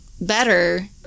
better